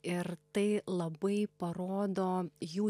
ir tai labai parodo jų